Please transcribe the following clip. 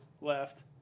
left